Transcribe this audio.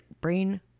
brain